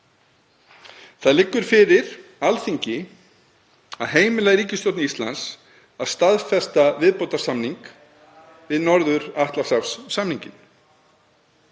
Það liggur fyrir Alþingi að heimila ríkisstjórn Íslands að staðfesta viðbótarsamning við Norður-Atlantshafssamninginn.